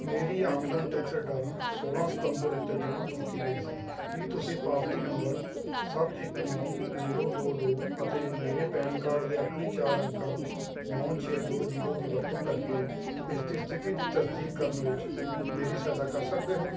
ਮੇਰੀ ਆਮਦਨ tax return ਸੋਲਾਂ ਸਤੰਬਰ ਉੱਤੇ ਜਮ੍ਹਾਂ ਕੀਤੀ ਗਈ ਸੀ ਕੀ ਤੁਸੀਂ ਪਾਵਤੀ ਨੰਬਰ ਸੱਤ ਇੱਕ ਨੌਂ ਜੀਰੋ ਦੋ ਦੋ ਅਤੇ ਮੇਰੇ ਪੈਨ ਕਾਰਡ ਦੇ ਆਖਰੀ ਚਾਰ ਅੰਕਾਂ ਨੌਂ ਛੇ ਦੋ ਜੀਰੋ ਦੀ ਵਰਤੋਂ ਕਰਕੇ ਇਸ ਦੀ ਸਥਿਤੀ ਦੀ ਤਸਦੀਕ ਕਰਨ ਵਿੱਚ ਮੇਰੀ ਸਹਾਇਤਾ ਕਰ ਸਕਦੇ ਹੋ